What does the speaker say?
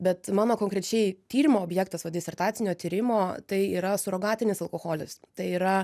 bet mano konkrečiai tyrimo objektas va disertacinio tyrimo tai yra surogatinis alkoholis tai yra